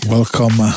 Welcome